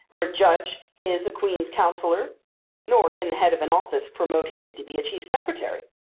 or a judge his a queen's counsellor nor can the head of an office promote his to be a chief secretary.